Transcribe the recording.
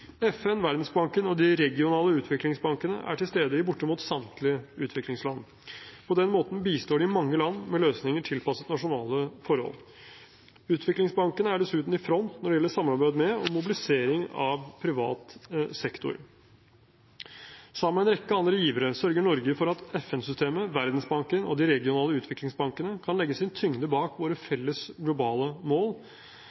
FN, Verdensbanken og de regionale utviklingsbankene er til stede i bortimot samtlige utviklingsland. På den måten bistår de mange land med løsninger tilpasset nasjonale forhold. Utviklingsbankene er dessuten i front når det gjelder samarbeid med, og mobilisering av, privat sektor. Sammen med en rekke andre givere sørger Norge for at FN-systemet, Verdensbanken og de regionale utviklingsbankene kan legge sin tyngde bak våre